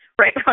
Right